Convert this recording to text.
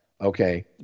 Okay